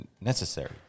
necessary